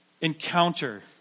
encounter